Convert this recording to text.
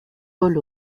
paul